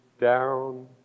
down